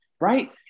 right